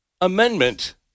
amendment